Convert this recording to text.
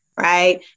right